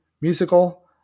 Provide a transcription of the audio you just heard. musical